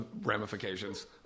ramifications